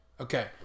Okay